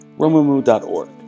Romumu.org